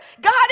God